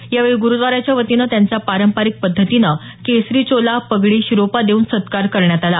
यावेळी गुरुद्वाराच्यावतीनं त्यांचा पारंपरिक पध्दतीनं केसरी चोला पगडी शिरोपा देऊन सत्कार करण्यात आला